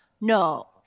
No